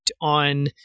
on